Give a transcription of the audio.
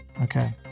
Okay